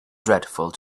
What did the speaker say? dreadful